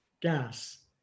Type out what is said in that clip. gas